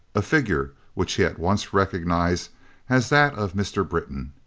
a figure which he at once recognized as that of mr. britton.